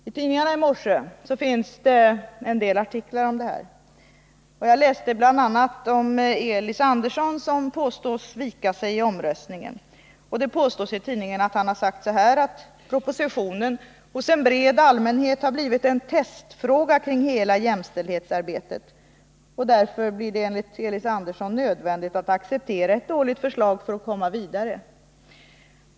I tidningarna i morse fanns en del artiklar om detta. Jag läste bl.a. om Elis Andersson, som påstås vika sig i omröstningen. Det står i tidningen att han har sagt att propositionen hos en bred allmänhet har blivit en testfråga kring hela jämställdhetsarbetet. Därför blir det enligt Elis Andersson nödvändigt att acceptera ett dåligt förslag för att komma vidare.